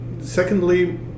Secondly